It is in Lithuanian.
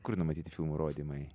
kur numatyti filmų rodymai